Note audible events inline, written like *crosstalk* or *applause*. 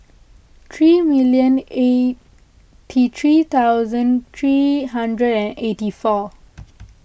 three million eight *unintelligible* three thousand three hundred and eighty four